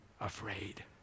afraid